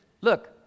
Look